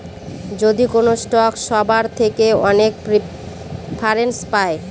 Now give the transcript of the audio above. যদি কোনো স্টক সবার থেকে অনেক প্রেফারেন্স পায়